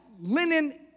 linen